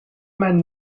mijn